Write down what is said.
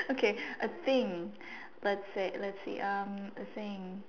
okay a thing let's say let's see um a thing